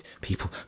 people